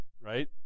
Right